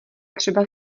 třeba